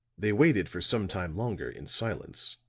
they waited for some time longer in silence.